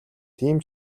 тийм